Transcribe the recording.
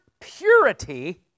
purity